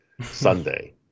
Sunday